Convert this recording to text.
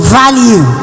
value